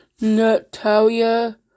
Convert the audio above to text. Natalia